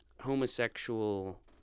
homosexual